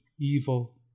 evil